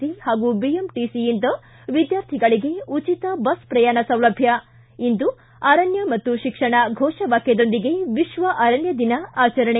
C ಹಾಗೂ ಬಿಎಂಟಿಸಿಯಿಂದ ವಿದ್ಯಾರ್ಥಿಗಳಿಗೆ ಉಚಿತ ಬಸ್ ಪ್ರಯಾಣ ಸೌಲಭ್ಯ ಿ ಇಂದು ಅರಣ್ಯ ಮತ್ತು ಶಿಕ್ಷಣ ಘೋಷ ವಾಕ್ಯದೊಂದಿಗೆ ವಿಶ್ವ ಅರಣ್ಯ ದಿನ ಆಚರಣೆ